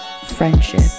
friendship